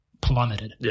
plummeted